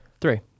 Three